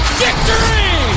victory